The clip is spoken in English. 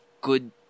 good